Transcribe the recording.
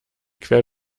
quer